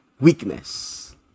weakness